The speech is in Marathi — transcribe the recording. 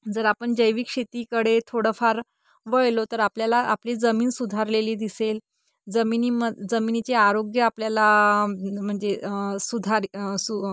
जर आपण जैविक शेतीकडे थोडंफार वळलो तर आपल्याला आपली जमीन सुधारलेली दिसेल जमिनीम जमिनीचे आरोग्य आपल्याला म्हणजे सुधार सु